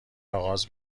آغاز